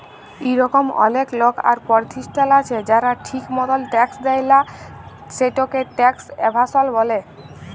ইরকম অলেক লক আর পরতিষ্ঠাল আছে যারা ঠিক মতল ট্যাক্স দেয় লা, সেটকে ট্যাক্স এভাসল ব্যলে